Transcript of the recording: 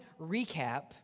recap